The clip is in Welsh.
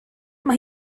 mae